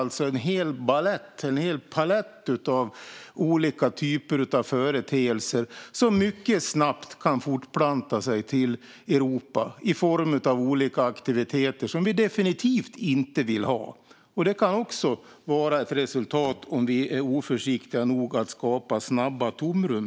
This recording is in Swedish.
Det finns en hel palett av olika typer av företeelser som mycket snabbt kan fortplanta sig till Europa i form av olika aktiviteter som vi definitivt inte vill ha. Det kan också bli ett resultat av att vi är oförsiktiga nog att snabbt skapa tomrum.